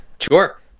Sure